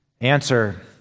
Answer